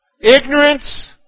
Ignorance